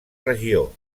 regió